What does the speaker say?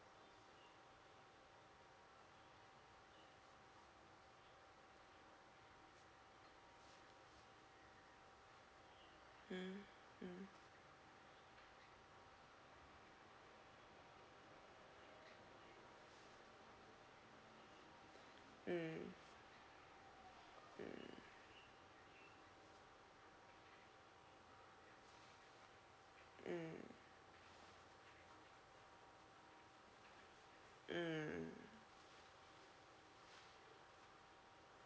mm mm mm mm mm mm